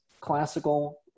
classical